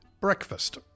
breakfast